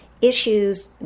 issues